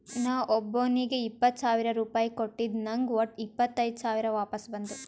ನಾ ಒಬ್ಬೋನಿಗ್ ಇಪ್ಪತ್ ಸಾವಿರ ರುಪಾಯಿ ಕೊಟ್ಟಿದ ನಂಗ್ ವಟ್ಟ ಇಪ್ಪತೈದ್ ಸಾವಿರ ವಾಪಸ್ ಬಂದು